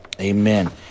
Amen